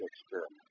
experiment